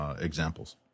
examples